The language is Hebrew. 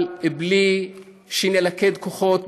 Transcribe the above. אבל בלי שנלכד כוחות,